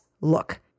Look